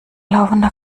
laufender